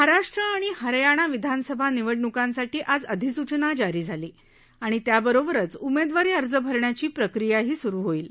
महाराष्ट्र आणि हरयाणा विधानसभा निवडणुकांसाठी आज अधिसूचना जारी झाली आणि त्याबरोबरच उमेदवारी अर्ज भरण्याची प्रक्रियाही सुरु होईल